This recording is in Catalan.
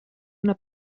una